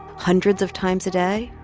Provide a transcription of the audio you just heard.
hundreds of times a day?